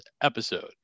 episode